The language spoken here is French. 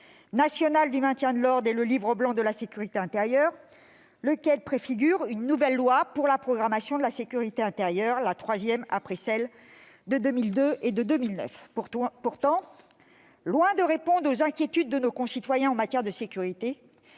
national du maintien de l'ordre ; d'autre part, le Livre blanc de la sécurité intérieure, qui préfigure une troisième loi pour la programmation de la sécurité intérieure, après celles de 2002 et de 2009. Pourtant, loin de répondre aux inquiétudes de nos concitoyens en matière de sécurité,